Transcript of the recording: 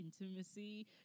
intimacy